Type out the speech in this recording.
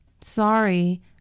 Sorry